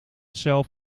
zelf